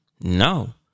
No